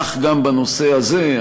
כך גם בנושא הזה,